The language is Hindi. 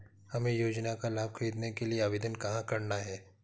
हमें योजना का लाभ ख़रीदने के लिए आवेदन कहाँ करना है?